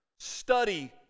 Study